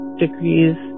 degrees